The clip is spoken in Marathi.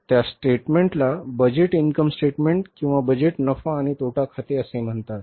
त्या स्टेटमेंटला बजेट इन्कम स्टेटमेंट किंवा बजेट नफा आणि तोटा खाते असे म्हणतात